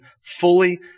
fully